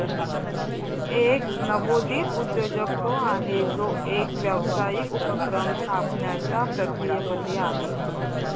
एक नवोदित उद्योजक तो आहे, जो एक व्यावसायिक उपक्रम स्थापण्याच्या प्रक्रियेमध्ये आहे